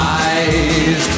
eyes